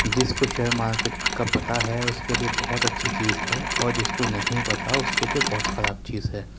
جس کو share market کا پتہ ہے اس کے لئے بہت اچھی چیز ہے اور جس کو نہیں پتہ اس کے لئے بہت خراب چیز ہے